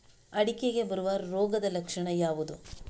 ಅಡಿಕೆಗೆ ಬರುವ ರೋಗದ ಲಕ್ಷಣ ಯಾವುದು?